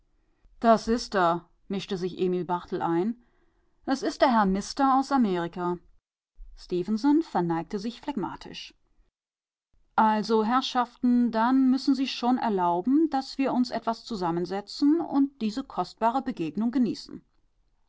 das ist er mischte sich emil barthel ein es ist der herr mister aus amerika stefenson verneigte sich phlegmatisch also herrschaften dann müssen sie schon erlauben daß wir uns etwas zusammensetzen und diese kostbare begegnung genießen